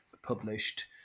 Published